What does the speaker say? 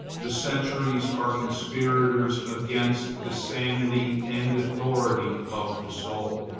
the centuries are conspirators against the sanity and authority of the soul.